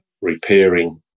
repairing